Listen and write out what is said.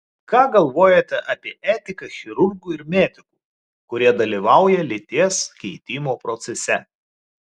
ką galvojate apie etiką chirurgų ir medikų kurie dalyvauja lyties keitimo procese